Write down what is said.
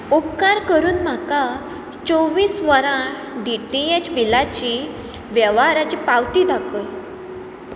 उपकार करून म्हाका चोव्वीस वरां डीटीएच बिलाची वेव्हाराची पावती दाखय